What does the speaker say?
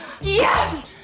Yes